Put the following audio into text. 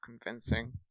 convincing